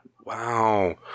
Wow